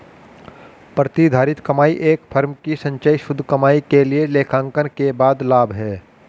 प्रतिधारित कमाई एक फर्म की संचयी शुद्ध कमाई के लिए लेखांकन के बाद लाभ है